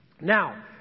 Now